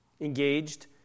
engaged